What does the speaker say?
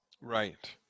Right